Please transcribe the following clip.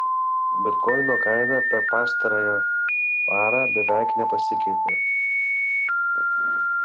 bitkoino kaina per pastarąją parą beveik nepasikeitė